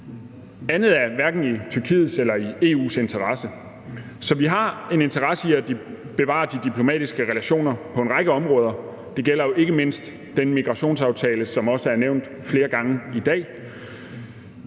andet er hverken i EU's eller Tyrkiets interesse. Så vi har en interesse i, at vi bevarer de diplomatiske relationer på en række områder – det gælder jo ikke mindst den migrationsaftale, som også er nævnt flere gange i dag.